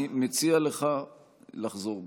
אני מציע לך לחזור בך.